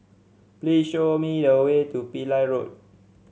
please show me the way to Pillai Road